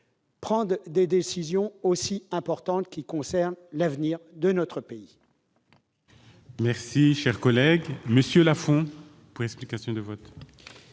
prendre des décisions aussi importantes pour l'avenir de notre pays